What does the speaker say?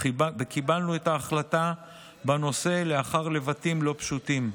וקיבלנו את ההחלטה בנושא לאחר לבטים לא פשוטים,